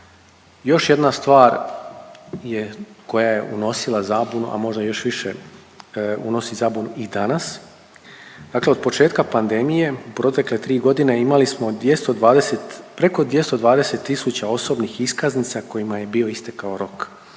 Još jedna stvar je koja je unosila zabunu, a možda još više unosi zabunu i danas. Dakle, od početka pandemije u protekle tri godine imali smo 220, preko 220 tisuća osobnih iskaznica kojima je bio istekao rok